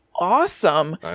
awesome